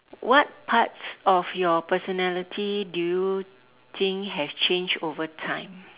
what parts of your personality do you think have changed over time